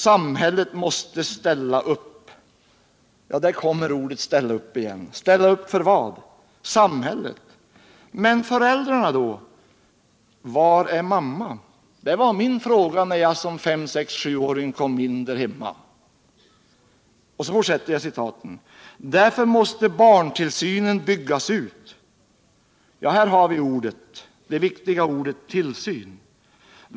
Samhället måste ställa upp.” Ja, där kommer orden ”ställa upp” igen. Ställa upp för vad? Samhället? Men föräldrarna då? — Var är mamma”? Det var min fråga när jag som fem-, sex och sjuåring kom in där hemma. Jag fortsätter att citera: ”Därför måste barntillsynen byggas ut.” Ja, här har vi det viktiga ordet ”tillsyn”.